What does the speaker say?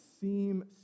seem